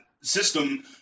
system